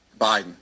Biden